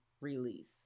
release